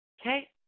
Okay